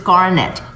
Garnet